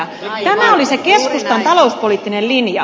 tämä oli se keskustan talouspoliittinen linja